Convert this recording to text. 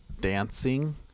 dancing